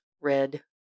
red